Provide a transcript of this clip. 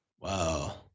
Wow